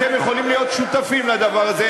אתם יכולים להיות שותפים לדבר הזה,